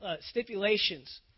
stipulations